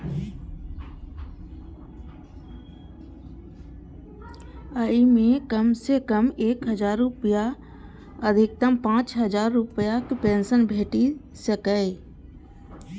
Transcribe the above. अय मे कम सं कम एक हजार रुपैया आ अधिकतम पांच हजार रुपैयाक पेंशन भेटि सकैए